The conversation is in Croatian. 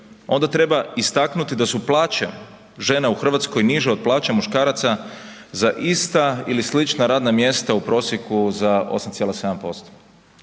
onda treba istaknuti da su plaće žena u Hrvatskoj niže od plaća muškaraca za ista ili slična radna mjesta u prosjeku za 8,7%.